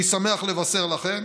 אני שמח לבשר לכם